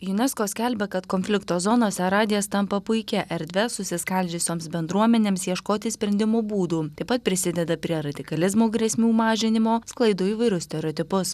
junesko skelbia kad konflikto zonose radijas tampa puikia erdve susiskaldžiusioms bendruomenėms ieškoti sprendimo būdų taip pat prisideda prie radikalizmo grėsmių mažinimo sklaido įvairius stereotipus